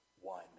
one